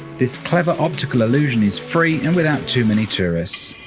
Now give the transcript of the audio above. this clever optical illusion is free and without too many tourists.